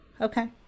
Okay